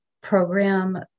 program